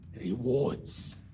rewards